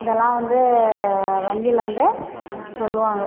இதெல்லாம் வந்து வங்கியில் வந்து சொல்லுவாங்கள்